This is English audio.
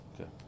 Okay